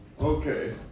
Okay